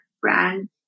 brand